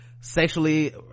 sexually